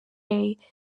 edmondson